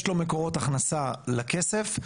יש לו מקורות הכנסה לכסף.